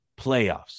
playoffs